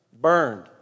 burned